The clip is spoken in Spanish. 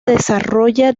desarrolla